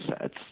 sets